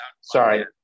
sorry